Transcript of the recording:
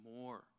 more